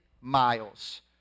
miles